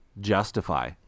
justify